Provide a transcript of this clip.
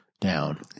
down